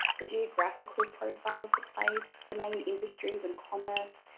the geographical profile of the place, the main industries and commerce,